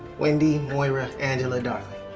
wendy moira angela darling,